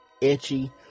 itchy